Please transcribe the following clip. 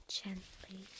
gently